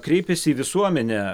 kreipėsi į visuomenę